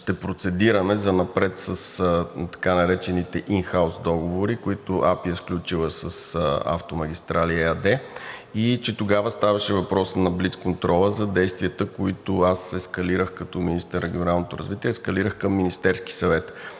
ще процедираме занапред с така наречените ин хаус договори, които АПИ е сключила с „Автомагистрали“ ЕАД, и че тогава ставаше въпрос на блицконтрола за действията, които аз като министър на регионалното развитие ескалирах към Министерския съвет.